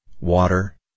water